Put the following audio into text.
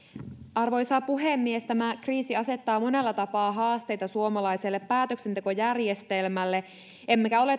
arvoisa puhemies tämä kriisi asettaa monella tapaa haasteita suomalaiselle päätöksentekojärjestelmälle emmekä ole